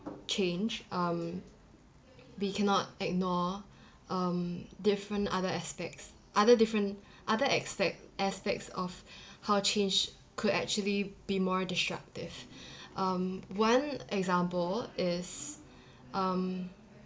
change um we cannot ignore um different other aspects other different other aspect aspects of how change could actually be more disruptive um one example is um